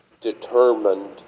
Determined